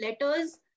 letters